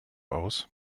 aus